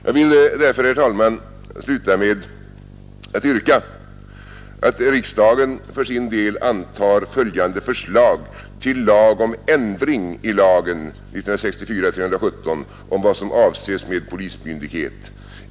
Jag vill därför, herr talman, sluta med att yrka att riksdagen för sin del antar följande förslag till lag om ändring i lagen om vad som avses med polismyndighet.